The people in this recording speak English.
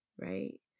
right